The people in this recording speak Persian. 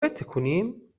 بتکونیم